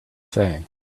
things